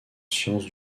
sciences